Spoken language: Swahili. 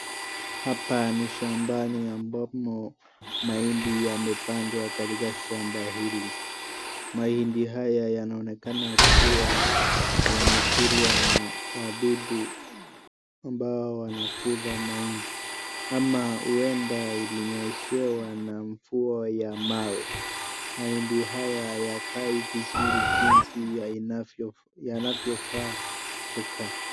Hapa ni shambani ambamo mahindi yamepandwa katika shamba hili, mahindi haya yanaonekana kuwa yamekulwa na wadudu ambao wanakula mahindi, ama huenda ilinyeshewa na mvua ya mawe, mahindi haya hayakai vizuri jinsi yanavyofaa kukaa.